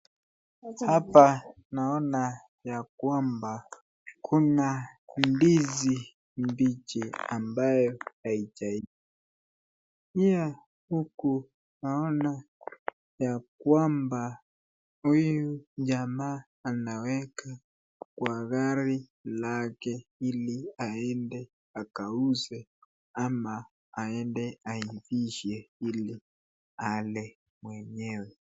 Hapa naona ya kwamba kuna ndizi mbichi ambayo haijaiva. Pia huku naona ya kwamba huyu jamaa anaweka kwa gari lake iliaende akauze ama aende aivishi ili ale mwenye.